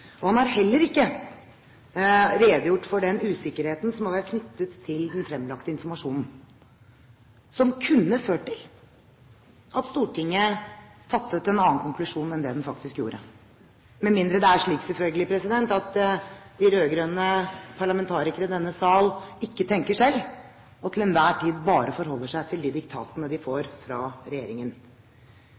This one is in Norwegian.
Han har heller ikke redegjort for den usikkerheten som har vært knyttet til den fremlagte informasjonen som kunne ført til at Stortinget trakk en annen konklusjon enn det gjorde, med mindre det er slik, selvfølgelig, at de rød-grønne parlamentarikere i denne sal ikke tenker selv og til enhver tid bare forholder seg til de diktatene de får fra regjeringen.